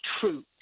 true